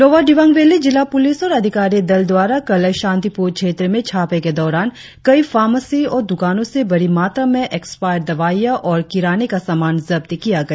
lower Dibang valley जिला police और अधिकारी दल द्वारा कल शान्तिपुर क्षेत्र में छापे के दौरान कई फार्मासी और दुकानों से बड़ी मात्रा में एक्सपायर दवाइया और ग्रोसरी सामान जब्त किया गया